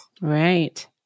Right